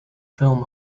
film